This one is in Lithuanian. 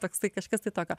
toksai kažkas tai kitokio